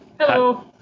Hello